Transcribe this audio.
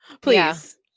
Please